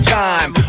time